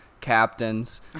captains